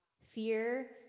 Fear